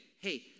hey